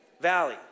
valley